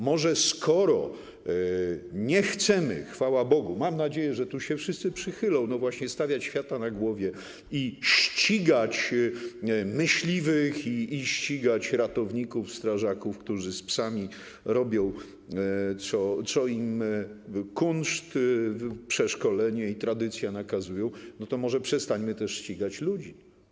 Może skoro nie chcemy, chwała Bogu, mam nadzieję, że do tego się wszyscy przychylą, stawiać świata na głowie i ścigać myśliwych, ratowników i strażaków, którzy z psami robią to, co im kunszt, przeszkolenie i tradycja nakazują, to może przestańmy też ścigać ludzi.